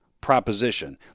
proposition